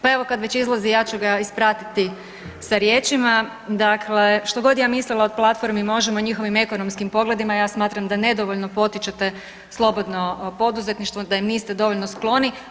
Pa evo kad već izlazi ja ću ga ispratiti sa riječima, dakle što god ja mislila o platformi Možemo i njihovim ekonomskim pogledima, ja smatram da nedovoljno potičete slobodno poduzetništvo, da im niste dovoljno skloni.